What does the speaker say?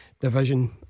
division